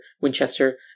Winchester